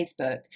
Facebook